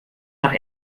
nach